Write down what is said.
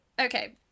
okay